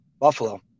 Buffalo